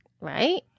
Right